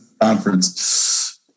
conference